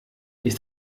ist